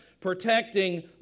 protecting